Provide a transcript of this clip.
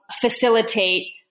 facilitate